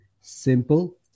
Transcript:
simple